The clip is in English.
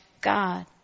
God